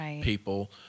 people